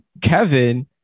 kevin